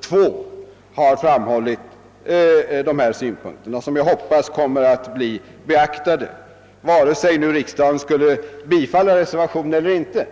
2 blir beaktade, oavsett om riksdagen nu bifaller reservationen eller inte.